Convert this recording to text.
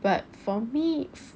but for me